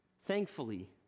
Thankfully